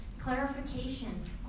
Clarification